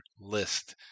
list